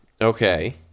Okay